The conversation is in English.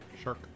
Shark